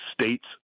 states